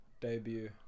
debut